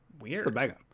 weird